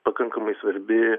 pakankamai svarbi